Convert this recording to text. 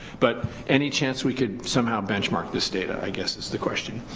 but any chance we could somehow benchmark this data, i guess is the question.